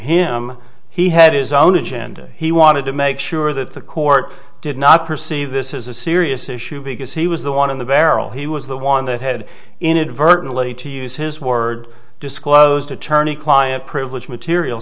him he had his own agenda he wanted to make sure that the court did not perceive this is a serious issue because he was the one in the barrel he was the one that had inadvertently to use his word disclosed attorney client privilege material